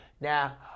Now